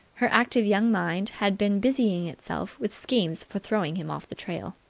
her active young mind had been busying itself with schemes for throwing him off the trail.